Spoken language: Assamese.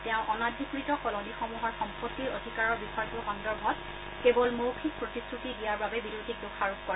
তেওঁ অনাধিকৃত কলনীসমূহৰ সম্পত্তিৰ অধিকাৰৰ বিষয়টোৰ সন্দৰ্ভত কেৱল মৌখিক প্ৰতিশ্ৰতি দিয়াৰ বাবে বিৰোধীক দোষাৰোপ কৰে